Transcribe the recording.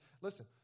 Listen